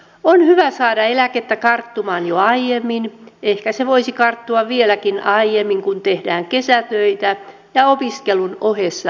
on hyvä saada eläkettä karttumaan jo aiemmin ehkä se voisi karttua vieläkin aiemmin kesätöissä ja opiskelun ohessa työskennellessä